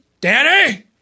Danny